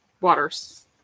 water's